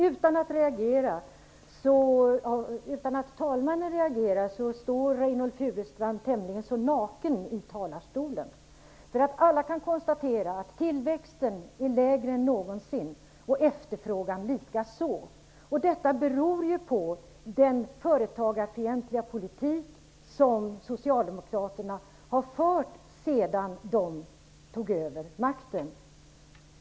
Utan att talmannen reagerar står Reynoldh Furustrand tämligen naken i talarstolen. Alla kan konstatera att tillväxten är lägre än någonsin och efterfrågan likaså. Detta beror ju på den företagarfientliga politik som socialdemokraterna har fört sedan de tog över makten.